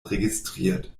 registriert